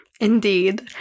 Indeed